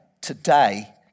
today